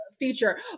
Feature